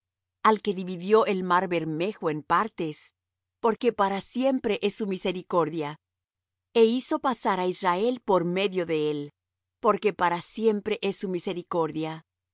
al que dividió el mar bermejo en partes porque para siempre es su misericordia e hizo pasar á israel por medio de él porque para siempre es su misericordia